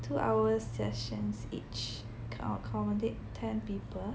two hours sessions each can accommodate ten people